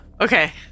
Okay